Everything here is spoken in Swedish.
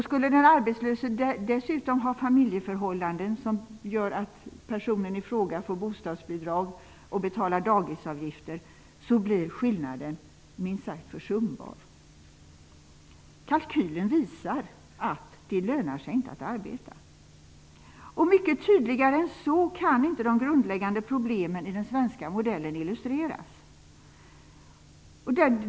Skulle den arbetslöse dessutom ha familjeförhållanden, som gör att personen i fråga får bostadsbidrag och betalar dagisavgifter, blir skillnaden minst sagt försumbar. Kalkylen visar att det inte lönar sig att arbeta. Mycket tydligare än så kan inte de grundläggande problemen i den svenska modellen illustreras.